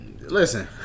Listen